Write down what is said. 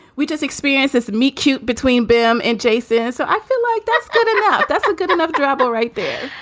we just experienced this. meet cute between bhim and jason. so i feel like that's good enough that's not ah good enough trouble right there.